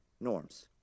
norms